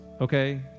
okay